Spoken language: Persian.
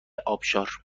آبشار